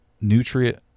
nutrient